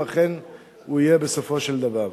אם אכן הוא יהיה בסופו של דבר.